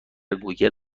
گوگل